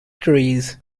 trees